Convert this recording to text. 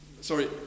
Sorry